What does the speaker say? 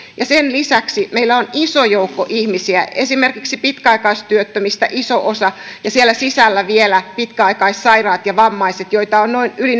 sen lisäksi meillä on iso joukko ihmisiä esimerkiksi pitkäaikaistyöttömistä iso osa ja siellä sisällä vielä pitkäaikaissairaat ja vammaiset joita on noin yli